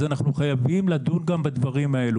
אנחנו חייבים לדון גם בדברים האלה.